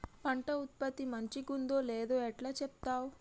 పంట ఉత్పత్తి మంచిగుందో లేదో ఎట్లా చెప్తవ్?